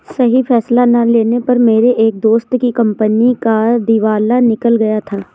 सही फैसला ना लेने पर मेरे एक दोस्त की कंपनी का दिवाला निकल गया था